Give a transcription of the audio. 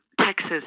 Texas